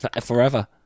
forever